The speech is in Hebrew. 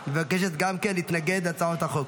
מבקשת גם כן להתנגד להצעות החוק.